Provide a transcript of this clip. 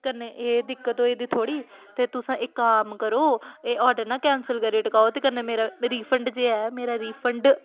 ते कन्नै एह् दिक्कत होई दी थोह्ड़ी ते तुस इक कम्म करो एह् आर्डर नां कैंसल करी टकाओ ते कन्नै मेरा रिफंड जे ऐ मेरा रिफंड